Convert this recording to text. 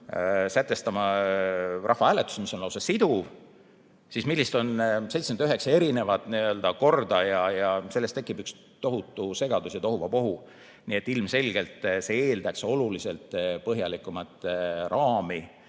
sätestame rahvahääletuse, mis on lausa siduv. Millised siis on 79 erinevat korda? Sellest tekib üks tohutu segadus ja tohuvabohu. Nii et ilmselgelt see eeldaks oluliselt põhjalikumat raami